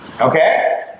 Okay